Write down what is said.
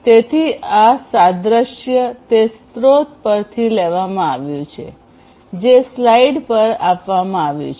તેથી આ સાદ્રશ્ય તે સ્ત્રોત પરથી લેવામાં આવ્યું છે જે સ્લાઇડ પર આપવામાં આવ્યું છે